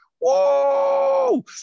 whoa